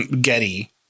Getty